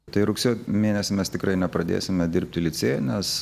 tai rugsėjo mėnesį mes tikrai nepradėsime dirbti licėjuje nes